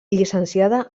llicenciada